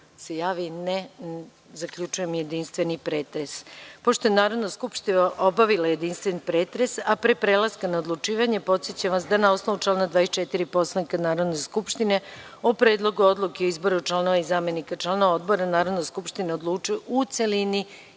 se javi? (Ne)Zaključujem jedinstveni pretres. Pošto je Narodna skupština obavila jedinstveni pretres, a pre prelaska na odlučivanje, podsećam vas da na osnovu člana 24. Poslovnika Narodne skupštine, o predlogu odluke o izboru članova i zamenika članova odbora Narodna skupština odlučuje u celini,